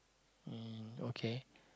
mm okay